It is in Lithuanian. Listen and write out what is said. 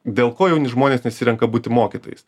dėl ko jauni žmonės nesirenka būti mokytojais